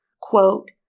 quote